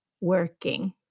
working